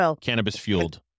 cannabis-fueled